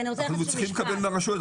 אנחנו צריכים לקבל מהרשויות,